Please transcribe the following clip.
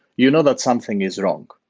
you know that something is wrong.